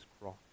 cross